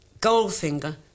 Goldfinger